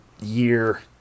year